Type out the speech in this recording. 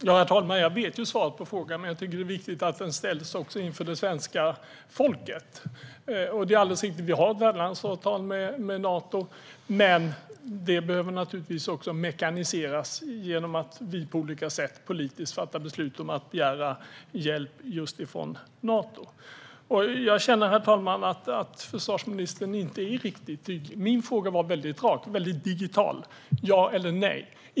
Herr talman! Jag vet ju svaret på frågan, men jag tycker att det är viktigt att den ställs också inför svenska folket. Det är alldeles riktigt att vi har ett värdlandsavtal med Nato, men det behöver naturligtvis också mekaniseras genom att vi på olika sätt politiskt fattar beslut om att begära hjälp just från Nato. Jag känner, herr talman, att försvarsministern inte är riktigt tydlig. Min fråga var väldigt rak och digital: ja eller nej.